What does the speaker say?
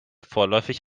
vorläufig